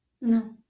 no